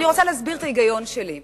למשרד התמ"ת, אמרתי: